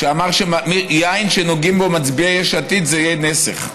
שאמר שיין שנוגעים בו מצביעי יש עתיד זה יין נסך.